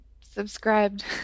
subscribed